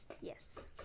yes